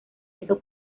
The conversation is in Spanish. eso